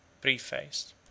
Preface